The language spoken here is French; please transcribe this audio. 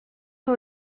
que